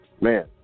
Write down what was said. Man